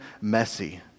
messy